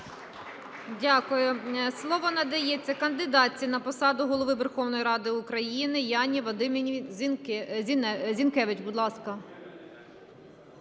Дякую. Слово надається кандидатці на посаду Голови Верховної Ради України – Яні Вадимівні Зінкевич,